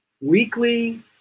weekly